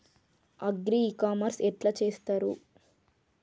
Agri e commerce ఎట్ల చేస్తరు?